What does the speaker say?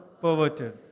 perverted